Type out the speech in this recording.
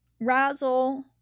Razzle